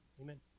Amen